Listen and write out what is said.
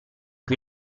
cui